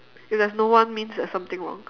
if there's no one means there's something wrong